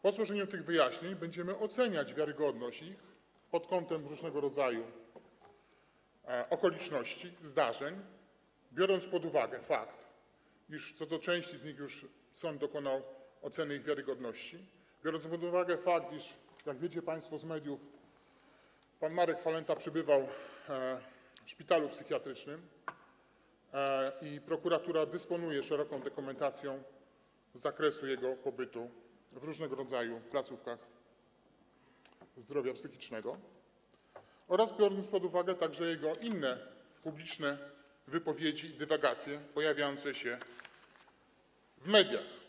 Po złożeniu tych wyjaśnień będziemy oceniać ich wiarygodność pod kątem różnego rodzaju okoliczności zdarzeń, biorąc pod uwagę fakt, iż co do części z nich sąd już dokonał oceny ich wiarygodności, biorąc pod uwagę fakt, iż jak wiecie państwo z mediów, pan Marek Falenta przebywał w szpitalu psychiatrycznym i prokuratora dysponuje szeroką dokumentacją z zakresu jego pobytu w różnego rodzaju placówkach zdrowia psychicznego, oraz biorąc pod uwagę także jego inne publiczne wypowiedzi, dywagacje pojawiające się w mediach.